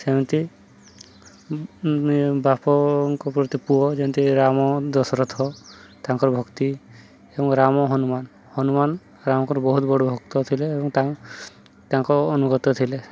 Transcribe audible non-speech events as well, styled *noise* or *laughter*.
ସେମିତି *unintelligible* ବାପଙ୍କ ପ୍ରତି ପୁଅ ଯେମିତି ରାମ ଦଶରଥ ତାଙ୍କର ଭକ୍ତି ଏବଂ ରାମ ହନୁମାନ ହନୁମାନ ରାମଙ୍କର ବହୁତ ବଡ଼ ଭକ୍ତ ଥିଲେ ଏବଂ *unintelligible* ତାଙ୍କ ଅନୁଗତ ଥିଲେ